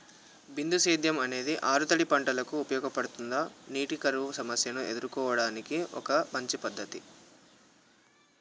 బిందు సేద్యం అనేది ఆరుతడి పంటలకు ఉపయోగపడుతుందా నీటి కరువు సమస్యను ఎదుర్కోవడానికి ఒక మంచి పద్ధతి?